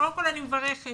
קודם כל אני מברכת